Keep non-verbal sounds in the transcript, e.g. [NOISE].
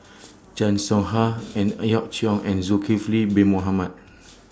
[NOISE] Chan Soh Ha Ang Hiong Chiok and Zulkifli Bin Mohamed